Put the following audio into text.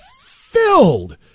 filled